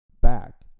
back